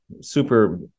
super